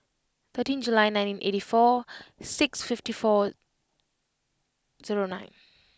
thirteen July nineteen eighty four six fifty four zero nine